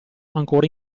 ancora